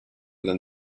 than